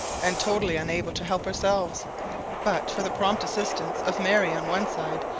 and totally unable to help ourselves but for the prompt assistance of mary on one side,